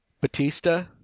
Batista